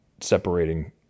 Separating